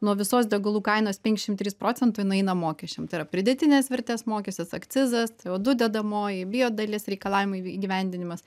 nuo visos degalų kainos penkiasdešimt trys procentai nueina mokesčiam tai yra pridėtinės vertės mokestis akcizas co du dedamoji bio dalis reikalavimų įgyvendinimas